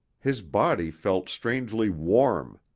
his body felt strangely warm.